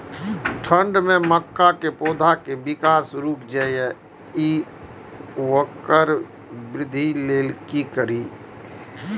ठंढ में मक्का पौधा के विकास रूक जाय इ वोकर वृद्धि लेल कि करी?